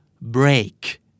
break